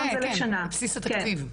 כן, זה בסיס התקציב.